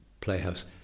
Playhouse